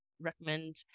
recommend